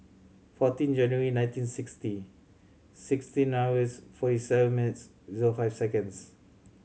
fourteen January nineteen sixty sixteen hours forty seven minutes zero five seconds